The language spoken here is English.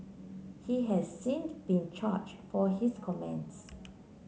he has since been charged for his comments